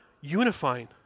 unifying